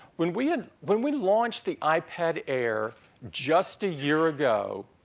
when we and when we launched the ipad air just a year ago